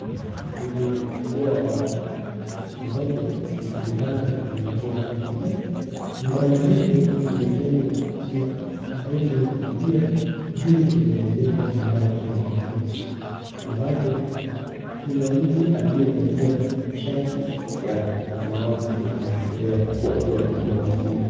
Ni kwenye ufuo wa bahari ambapo kuna vibanda vimejengwa, ambapo vibanda hivyo vimejengwa kutumia nguzo na pia juu vimeezekwa mabati ya makuti ambapo kuna mtu aliyevalia shati ya samawati anatembea huku akiwa amebeba mzigo.